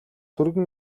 түргэн